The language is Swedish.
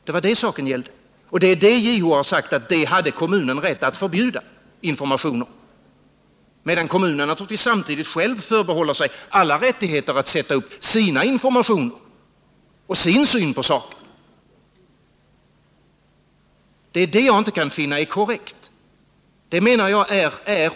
Det var det saken gällde, och det är om det som JO har sagt att kommunen hade rätt att förbjuda information om — medan kommunen själv naturligtvis förbehåller sig alla rättigheter att sätta upp anslag om sin information och sin syn på saken. Det är det jag inte kan finna korrekt.